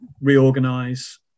reorganize